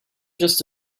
just